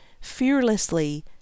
fearlessly